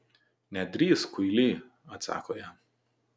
nedrįsk kuily atsako jam